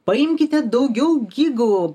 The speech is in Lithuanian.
paimkite daugiau gigų